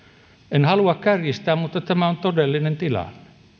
en halua kärjistää mutta tämä on todellinen tilanne